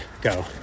go